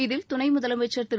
இதில் துணைமுதலமைச்சர் திரு